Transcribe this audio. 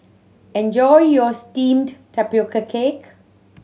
enjoy your steamed tapioca cake